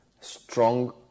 strong